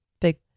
big